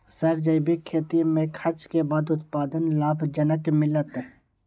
Sir जैविक खेती में खर्च के बाद उत्पादन लाभ जनक मिलत?